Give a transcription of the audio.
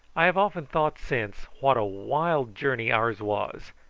i have often thought since what a wild journey ours was,